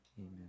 Amen